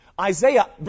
Isaiah